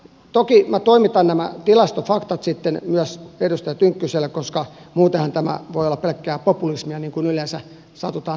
toki minä toimitan nämä tilastofaktat sitten myös edustaja tynkkyselle koska muutenhan tämä voi olla pelkkää populismia niin kuin yleensä satutaan sanomaan eikö niin